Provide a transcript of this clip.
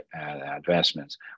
advancements